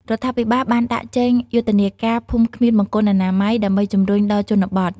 រដ្ឋាភិបាលបានដាក់ចេញយុទ្ធនាការ "ភូមិគ្មានបង្គន់អនាម័យ" ដើម្បីជំរុញដល់ជនបទ។